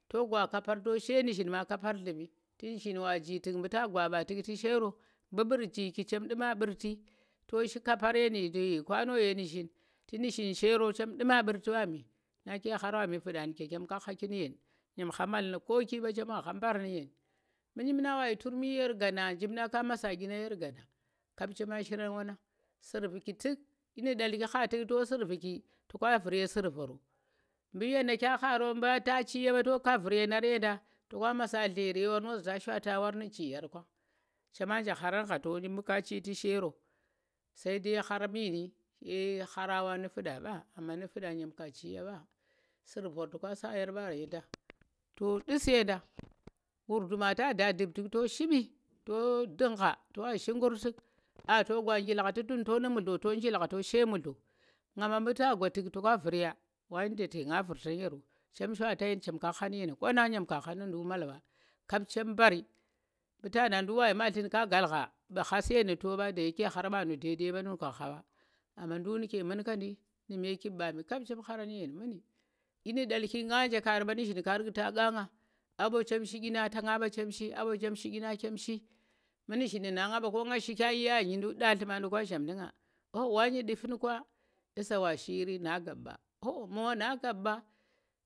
To gwa kapar to shi ye nu̱zhin ma kapar nllu̱mi, tu̱ nu̱zhin wa ji tu̱k mu ta gwaɓa tu̱k tu̱, shi yero, mu mɓu̱r jiki chem nɗu̱ ma mɗurtu̱ to shi kapar kwano ye nu̱zhin, tu̱ nu̱zhin shi yero, chem nɗu̱ ma mɓu̱rtu̱ wami na ke khan wami fu̱nɗa nu̱ ke kom ka khaki nu̱ yen, ɗyem kha mal nu̱ koki ɓa, chema kha mal nu̱ koki ɓa, chema kha mɓar nu̱ yen, mu chimnang wa yi turmi ye gana, chimnang ko masa ɗyinang yer gana, kap chema shirang wonnang su̱rvu̱ki tu̱k ɗyi nu̱ nɗalki to su̱rviki to ka vu̱r ye su̱rvoro, mu nyeena kya kharo, mu ta chi ya ɓa, to ka vu̱r nyeenar ye nda, to ka masa nleeri yue wor nu̱ chi yar kwang, cema nje kharan gha, mu ka chi tu̱ shi yero sai dai khar meeni, ke kharang wa nu̱ fu̱nɗa ɓa amma nu̱ fu̱ɗa nyem ka chi ya ɓa, su̱rvor to ka so yar ɓa yenda to nɗu̱su̱ yenda, wur du̱ma ta da nɗu̱ɓ tu̱k to shibi to ndu̱ngha to wa shi nggu̱r tu̱k a to gwa jilaktu̱ tu̱n to nu̱ mudlo, to jilak to shi ye mudlo, nga ma mu̱ ta gwa tu̱k to ka vu̱r ya, wa yenda nu̱ ke nga vu̱rtang yero, chem shwata yen chem ka kha nu̱ nduk mal mba, kap chem mbari, mu ta na ndu̱k wa yi mallin ka nghal gha wu kha su̱yen nu̱ to ba da yeke khar mbanu̱ dai dai mba nu ka gha mba amma ndu̱k nu̱ke munkanndi nu me kiɓɓami kap chem kharan nu̱ yen mu̱nni ɗyi nu̱ nɗalki ngaje kaari ɓa nu̱zhin ka ru̱k to gha nga aa ɓa chem shi ɗyinang ta nga ɓa chem shi, aa ɓo shim ɗyinang chem shi, mu nu̱zhing nu̱ nanga mba ko nga shi ka yi aa nye ɗallu̱ma nu kwa zamndu̱ nga wani nɗu̱ tun kwa iza wa shi yiri na gaɓ ɓa ohoh mo na gaɓ ɓa?